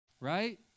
right